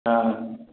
ꯑꯥ